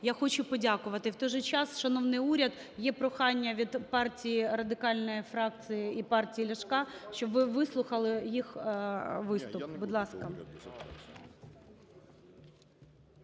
Я хочу подякувати. В той же час, шановний уряд, є прохання від партії Радикальної фракції і партії Ляшка, щоб ви вислухали їх виступ. Будь ласка.